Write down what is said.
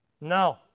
No